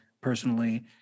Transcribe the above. personally